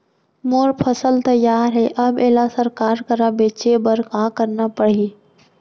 मोर फसल तैयार हे अब येला सरकार करा बेचे बर का करना पड़ही?